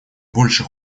больше